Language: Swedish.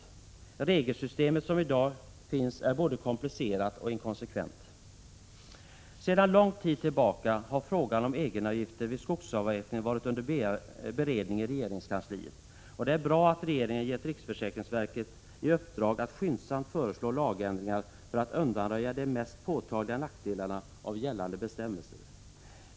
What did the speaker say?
Det regelsystem som i dag finns är både komplicerat och inkonsekvent. Sedan lång tid tillbaka har frågan om egenavgifter vid skogsavverkning varit under beredning i regeringskansliet, och det är bra att regeringen gett riksförsäkringsverket i uppdrag att skyndsamt föreslå lagändringar för att undanröja de mest påtagliga nackdelarna av gällande bestämmelser.